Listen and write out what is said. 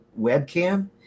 webcam